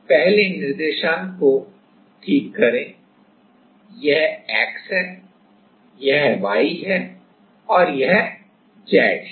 तो आइए पहले निर्देशांक को ठीक करें यह X है यह Y है और यह Z है